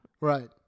Right